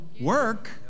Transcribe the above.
work